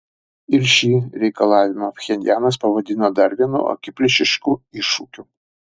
ir šį reikalavimą pchenjanas pavadino dar vienu akiplėšišku iššūkiu